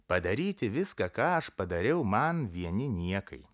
padaryti viską ką aš padariau man vieni niekai